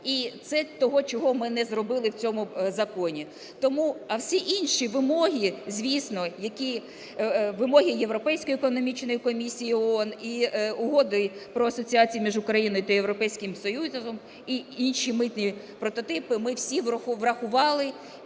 І це те, чого ми не зробили в цьому законі. Тому… А всі інші вимоги, звісно, які, вимоги Європейської економічної комісії ООН і Угоди про асоціацію між Україною та Європейським Союзом, і інші митні прототипи, ми всі врахували